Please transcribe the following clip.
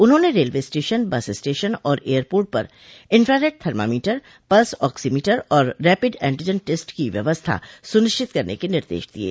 उन्होंने railway station bus station और airport पर इंफ़ारेड थर्मामीटर पल्स आक्सीमीटर और रैपिड एंटीजन टेस्ट की व्यवस्था सुनिश्चित करने के निर्देश दिये